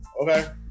Okay